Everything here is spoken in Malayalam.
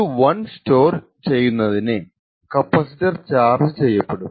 ഒരു 1 സ്റ്റോർ ചെയ്യുന്നതിന് കപ്പാസിറ്റർ ചാർജ് ചെയ്യപ്പെടും